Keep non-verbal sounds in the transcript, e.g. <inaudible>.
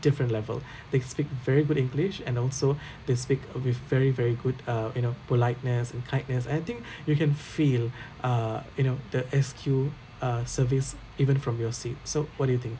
different level <breath> they speak very good english and also <breath> they speak with very very good uh you know politeness and kindness and I think <breath> you can feel <breath> uh you know the S_Q uh service even from your seat so what do you think